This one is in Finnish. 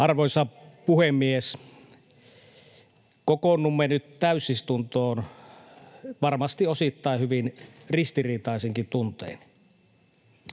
Arvoisa puhemies! Kokoonnumme nyt täysistuntoon varmasti osittain hyvin ristiriitaisinkin tuntein.